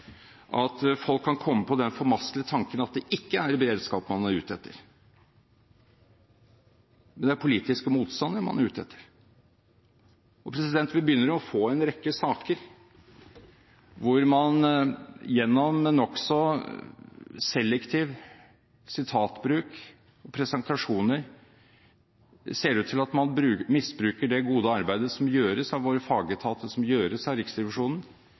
at folk kan komme på den formastelige tanken at det ikke er beredskap man er ute etter, men at det er politiske motstandere man er ute etter. Og vi begynner jo å få en rekke saker hvor det ser ut til at man, gjennom nokså selektiv sitatbruk og presentasjoner, misbruker det gode arbeidet som gjøres av våre fagetater, som gjøres av Riksrevisjonen